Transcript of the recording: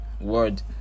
Word